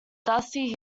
dusty